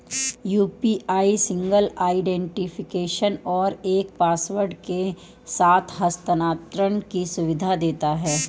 UPI single identification और एक password के साथ हस्थानांतरण की सुविधा देता है